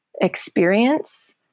experience